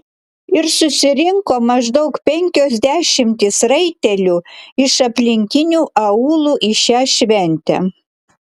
ir susirinko maždaug penkios dešimtys raitelių iš aplinkinių aūlų į šią šventę